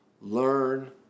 Learn